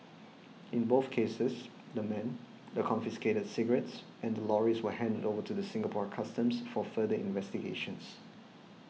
in both cases the men the confiscated cigarettes and the lorries were handed over to Singapore Customs for further investigations